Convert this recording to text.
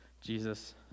Jesus